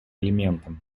элементам